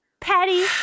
Patty